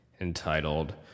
entitled